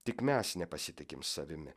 tik mes nepasitikim savimi